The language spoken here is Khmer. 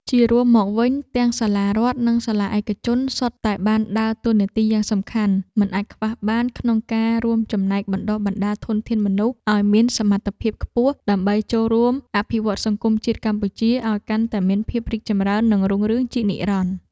ជារួមមកវិញ ទាំងសាលារដ្ឋនិងសាលាឯកជនសុទ្ធតែបានដើរតួនាទីយ៉ាងសំខាន់មិនអាចខ្វះបាន ក្នុងការរួមចំណែកបណ្តុះបណ្តាលធនធានមនុស្សឱ្យមានសមត្ថភាពខ្ពស់ ដើម្បីចូលរួមអភិវឌ្ឍសង្គមជាតិកម្ពុជាឱ្យកាន់តែមានភាពរីកចម្រើននិងរុងរឿងជានិរន្តរ៍។